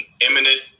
imminent